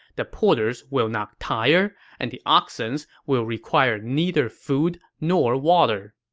the porters will not tire, and the oxens will require neither food nor water